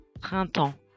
printemps